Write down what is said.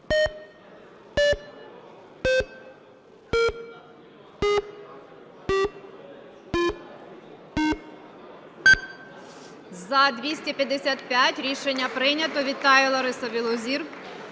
За-255 Рішення прийнято. Вітаю Ларису Білозір.